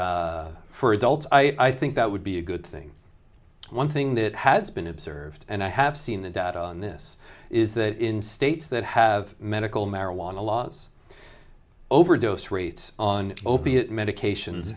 marijuana for adults i think that would be a good thing one thing that has been observed and i have seen the data on this is that in states that have medical marijuana laws overdose rates on opiate medications